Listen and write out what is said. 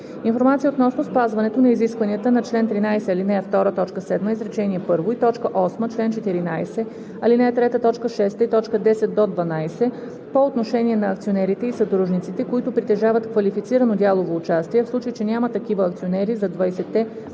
информация относно спазването на изискванията на чл. 13, ал. 2, т. 7, изречение първо, и т. 8, чл. 14, ал. 3, т. 6 и т. 10 – 12 по отношение на акционерите и съдружниците, които притежават квалифицирано дялово участие, а в случай че няма такива акционери – за 20-те